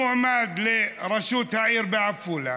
המועמד לראשות העיר בעפולה